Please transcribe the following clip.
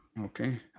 Okay